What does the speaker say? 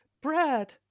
Brad